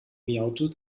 miaute